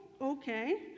okay